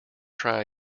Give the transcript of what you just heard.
try